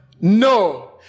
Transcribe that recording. no